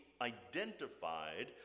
identified